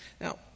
now